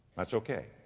that's okay.